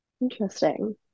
Interesting